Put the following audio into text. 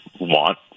want